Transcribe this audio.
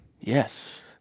Yes